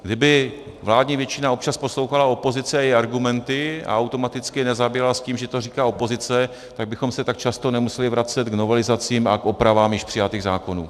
Kdyby vládní většina občas poslouchala opozici a její argumenty a automaticky je nezabíjela s tím, že to říká opozice, tak bychom se tak často nemuseli vracet k novelizacím a k opravám již přijatých zákonů.